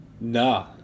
nah